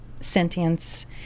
sentience